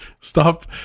Stop